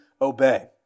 obey